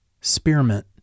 Spearmint